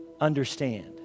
understand